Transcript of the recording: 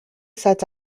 sets